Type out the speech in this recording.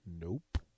Nope